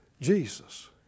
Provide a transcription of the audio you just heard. Jesus